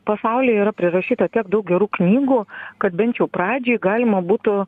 pasaulyje yra prirašyta tiek daug gerų knygų kad bent jau pradžiai galima būtų